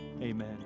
amen